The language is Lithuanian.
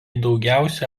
daugiausia